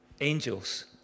Angels